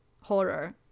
horror